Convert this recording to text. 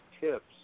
tips